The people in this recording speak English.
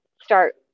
start